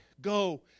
go